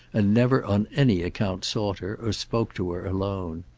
and never on any account sought her, or spoke to her alone.